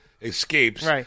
escapes